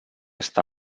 està